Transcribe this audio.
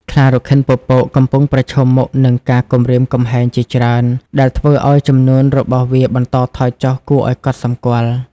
ខ្លារខិនពពក កំពុងប្រឈមមុខនឹងការគំរាមកំហែងជាច្រើន ដែលធ្វើឲ្យចំនួនរបស់វាបន្តថយចុះគួរឲ្យកត់សម្គាល់។